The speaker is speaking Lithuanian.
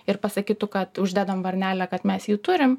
ir pasakytų kad uždedam varnelę kad mes jį turim